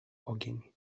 ogień